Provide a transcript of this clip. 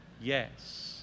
yes